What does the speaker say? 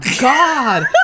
god